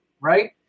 right